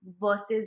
versus